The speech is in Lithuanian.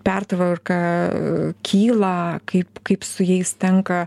pertvarką kyla kaip kaip su jais tenka